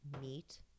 meat